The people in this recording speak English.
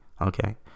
Okay